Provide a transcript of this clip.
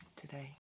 today